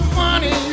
money